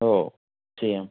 okay